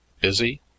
Busy